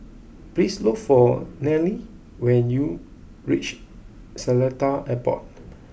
please look for Nelly when you reach Seletar Airport